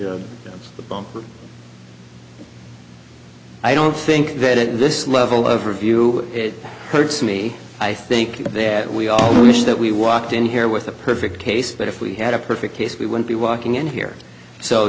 to the bone i don't think that at this level of her view it hurts me i think that we all wish that we walked in here with a perfect case but if we had a perfect case we would be walking in here so